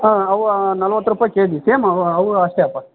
ಹಾಂ ಅವು ನಲ್ವತ್ತು ರೂಪಾಯಿ ಕೆಜಿ ಸೇಮ್ ಅವು ಅವು ಅಷ್ಟೇ ಅಪ್ಪ